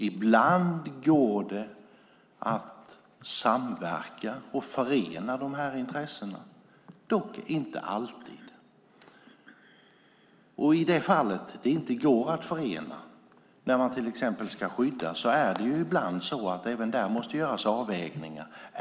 Ibland går det att samverka och förena de här intressena, dock inte alltid. I de fall det inte går att förena, när man till exempel ska skydda, måste det göras avvägningar.